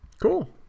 Cool